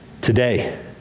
Today